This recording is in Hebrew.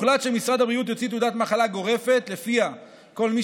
הוחלט שמשרד הבריאות יוציא תעודת מחלה גורפת שלפיה כל מי